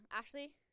Ashley